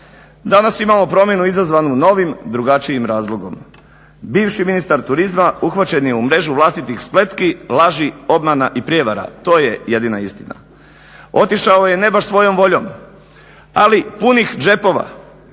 Danas imamo promjenu izazvanu novim, drugačijim razlogom. Bivši ministar turizma uhvaćen je u mrežu vlastitih spletki, laži, obmana i prijevara. To je jedina istina. Otišao je ne baš svojom voljom, ali punih džepova.